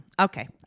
Okay